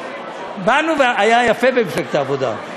היה יפה במפלגת העבודה.